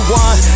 one